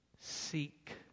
Seek